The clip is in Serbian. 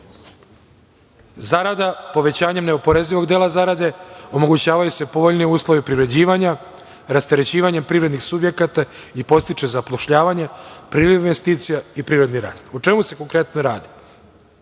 zarada. Povećanjem neoporezivog dela zarade omogućavaju se povoljniji uslovi privređivanja, rasterećivanjem privrednih subjekata i podstiče zapošljavanje, priliv investicija i privredni rast.O čemu se konkretno radi?